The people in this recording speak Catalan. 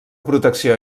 protecció